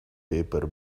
paper